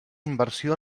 inversió